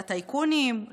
לטייקונים,